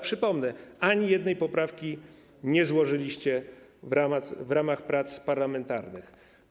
Przypomnę: ani jednej poprawki nie złożyliście w ramach prac parlamentarnych.